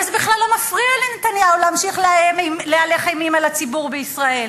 אבל זה בכלל לא מפריע לנתניהו להמשיך להלך אימים על הציבור בישראל.